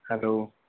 hello